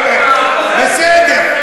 בסדר.